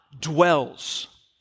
dwells